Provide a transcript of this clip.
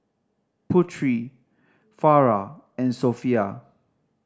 Putri Farah and Sofea